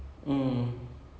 to